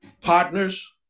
partners